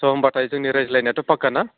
स' होमबाथाय जोंनि रायज्लायनायाथ' फाख्खा ना